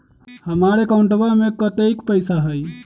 हमार अकाउंटवा में कतेइक पैसा हई?